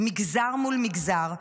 מגזר מול מגזר,